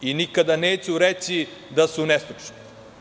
Nikada neću reći da su nestručni.